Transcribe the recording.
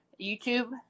YouTube